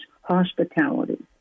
hospitality